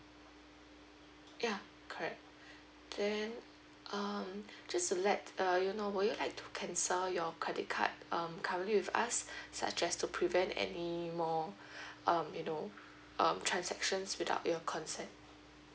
ya correct then um just to let uh you know would you like to cancel your credit card um currently with us such as to prevent anymore um you know um transactions without your consent